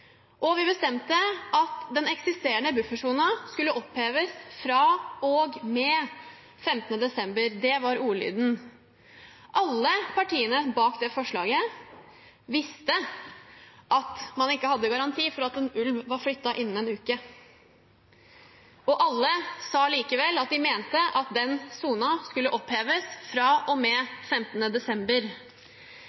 og vi bestemte at den eksisterende buffersonen skulle oppheves fra og med 15. desember. Det var ordlyden. Alle partiene bak det forslaget visste at man ikke hadde noen garanti for at en ulv var flyttet innen en uke, og alle sa likevel at de mente at den sonen skulle oppheves